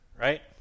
Right